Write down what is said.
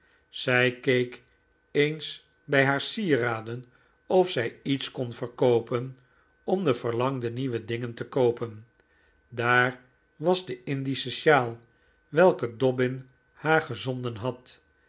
zij keek eens bij haar sieraden of zij iets kon verkoopen om de verlangde nieuwe dingen te koopen daar was de indische sjaal welke dobbin haar gezonden had